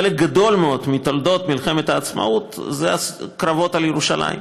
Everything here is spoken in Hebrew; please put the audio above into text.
חלק גדול מאוד מתולדות מלחמת העצמאות זה הקרבות על ירושלים.